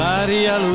Maria